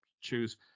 choose